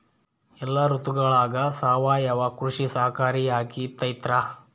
ಎಲ್ಲ ಋತುಗಳಗ ಸಾವಯವ ಕೃಷಿ ಸಹಕಾರಿಯಾಗಿರ್ತೈತಾ?